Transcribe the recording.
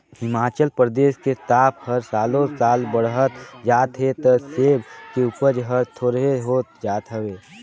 हिमाचल परदेस के ताप हर सालो साल बड़हत जात हे त सेब के उपज हर थोंरेह होत जात हवे